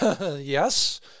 Yes